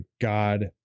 god